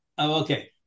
Okay